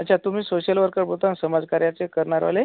अच्छा तुम्ही social worker बोलता समाजकार्याचे करणारवाले